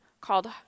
called